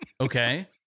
Okay